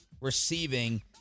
receiving